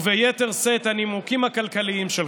וביתר שאת את הנימוקים הכלכליים שלך.